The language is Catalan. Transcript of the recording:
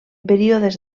períodes